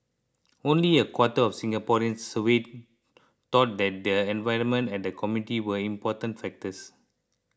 only a quarter of Singaporeans surveyed thought that the environment and the community were important factors